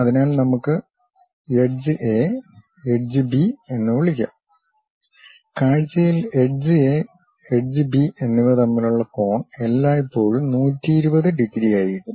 അതിനാൽ നമുക്ക് edge A edge B എന്ന് വിളിക്കാം കാഴ്ചയിൽ എഡ്ജ് എ എഡ്ജ് ബി എന്നിവ തമ്മിലുള്ള കോൺ എല്ലായ്പ്പോഴും 120 ഡിഗ്രി ആയിരിക്കും